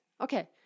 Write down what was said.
Okay